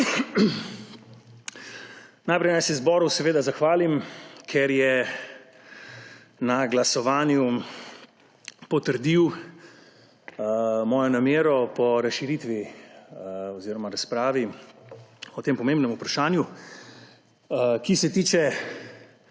Najprej se naj zboru seveda zahvalim, ker je na glasovanju potrdil mojo namero po razširitvi oziroma razpravi o tem pomembnem vprašanju, ki se tiče